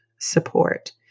support